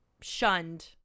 shunned